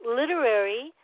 literary